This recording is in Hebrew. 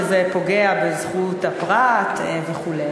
שזה פוגע בזכות הפרט וכו'.